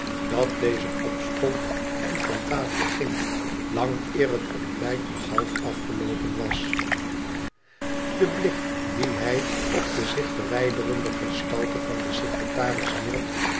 dat deze opstond en van tafel ging lang eer het ontbijt nog half afgeloopen was de blik dien hij op de zich verwijderendegestalte van den secretaris wierp